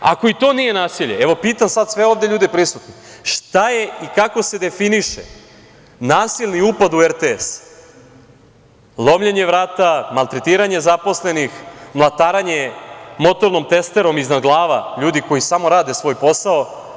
Ako i to nije nasilje, evo, pitam sada sve ovde ljude prisutne šta je i kako se definiše nasilni upad u RTS, lomljenje vrata, maltretiranje zaposlenih, mlataranje motornom testerom iznad glava ljudi koji samo rade svoj posao?